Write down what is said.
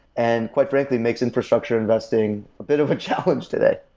and quite frankly, makes infrastructure investing a bit of a challenge today.